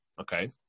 okay